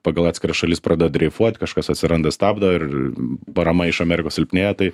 pagal atskiras šalis pradeda dreifuot kažkas atsiranda stabdo ir parama iš amerikos silpnėja tai